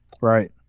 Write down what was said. Right